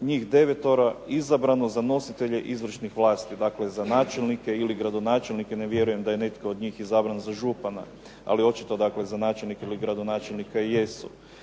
njih 9-oro izabrano za nositelje izvršnih lista, dakle za načelnike ili gradonačelnika, ne vjerujem da je netko od njih izabran za župana, ali očito dakle za načelnika ili gradonačelnika jesu.